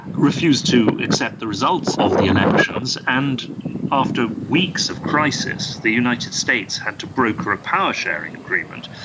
refused to accept the results of the elections. and after weeks of crisis, the united states had to broker a power-sharing agreement,